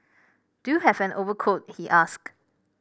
do you have an overcoat he asked